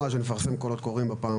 זהו.